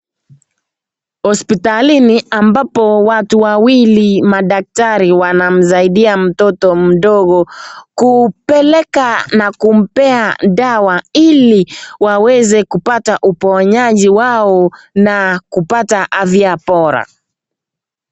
Hospitalini ambapo watu wawili, madaktari wanamsaidia mtoto mdogo kupeleka na kumpea dawa ili waweze kupata uponyaji wao na kupata afya bora.